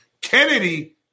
Kennedy